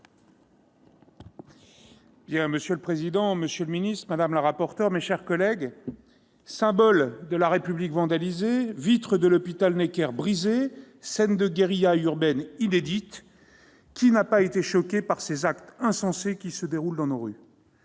Monsieur le président, monsieur le secrétaire d'État, mes chers collègues, symboles de la République vandalisés, vitres de l'hôpital Necker brisées, scènes de guérillas urbaines inédites ... Qui n'a pas été choqué par ces actes insensés qui se déroulent dans nos rues ?